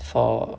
for